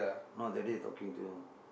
no that day was talking to you